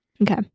Okay